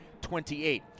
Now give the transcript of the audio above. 28